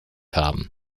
haben